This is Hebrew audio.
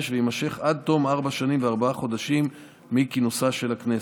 ויימשך עד תום ארבע שנים וארבעה חודשים מכינוסה של הכנסת.